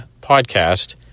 podcast